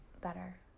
better